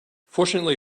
fortunately